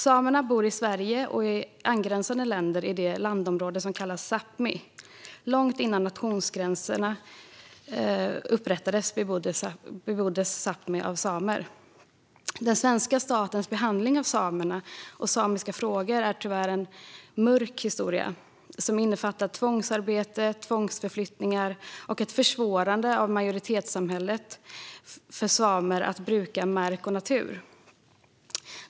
Samerna bor i Sverige och angränsande länder i det landområde som kallas för Sápmi. Långt innan nationsgränserna upprättades beboddes Sápmi av samer. Den svenska statens behandling av samerna och samiska frågor är tyvärr en mörk historia som innefattar tvångsarbete, tvångsförflyttningar och majoritetssamhällets försvårande för samer att bruka mark och natur.